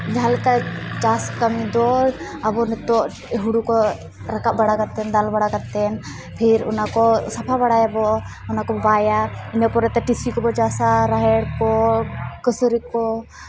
ᱡᱟᱦᱟᱸᱞᱮᱠᱟ ᱪᱟᱥ ᱠᱟᱹᱢᱤᱫᱚ ᱟᱵᱚ ᱱᱤᱛᱚᱜ ᱦᱩᱲᱩᱠᱚ ᱨᱟᱠᱟᱵ ᱵᱟᱲᱟ ᱠᱟᱛᱮᱱ ᱫᱟᱞ ᱵᱟᱲᱟ ᱠᱟᱛᱮᱱ ᱯᱷᱤᱨ ᱚᱱᱟᱠᱚ ᱥᱟᱯᱷᱟ ᱵᱟᱲᱟᱭᱟᱵᱚ ᱚᱱᱟᱠᱚᱵᱚ ᱵᱟᱭᱟ ᱤᱱᱟᱹᱯᱚᱨᱮ ᱛᱤᱥᱤᱠᱚᱵᱚ ᱪᱟᱥᱟ ᱨᱟᱦᱮᱲᱠᱚ ᱠᱟᱹᱥᱟᱹᱨᱤᱠᱚ